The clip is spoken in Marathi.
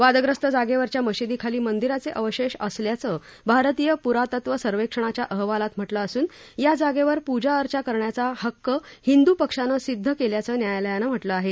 वादग्रस्त जागेवरच्या मशीदी खाली मंदिराचे अवशेष असल्याचं भारतीय प्रातत्व सर्वेक्षणाच्या अहवालात म्हटलं असून या जागेवर पूजा अर्चा करण्याचा हक्क हिंदू पक्षानं सिद्ध केल्याचं न्यायालयानं म्हटलं आहे